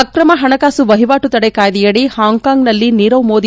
ಅಕ್ರಮ ಹಣಕಾಸು ವಹಿವಾಟು ತಡೆ ಕಾಯ್ಲೆಯಡಿ ಹಾಂಕಾಂಗ್ನಲ್ಲಿ ನೀರವ್ ಮೋದಿ